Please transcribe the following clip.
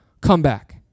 comeback